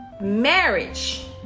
marriage